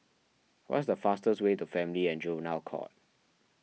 what is the fastest way to Family and Juvenile Court